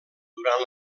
durant